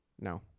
No